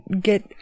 get